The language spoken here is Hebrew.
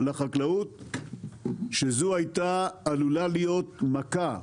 לחקלאות שזו היתה עלולה להיות מכה,